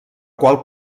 qual